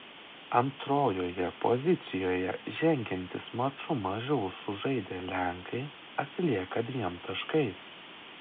antrojoje pozicijoje žengiantys maču mažiau sužaidę lenkai atsilieka dviem taškais